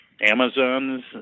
Amazon's